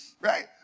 Right